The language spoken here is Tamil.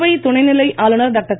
புதுவை துணைநிலை ஆளுனர் டாக்டர்